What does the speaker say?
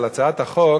של הצעת החוק,